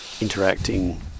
interacting